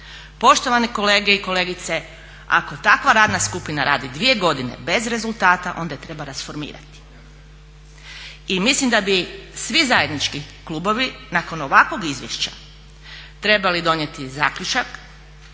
Poštovani kolege i kolegice ako takva radna skupina radi 2 godine bez rezultata onda je treba rasformirati. I mislim da bi svi zajednički klubovi nakon ovakvog izvješća trebali donijeti zaključak